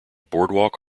boardwalk